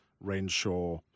Renshaw